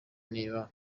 niba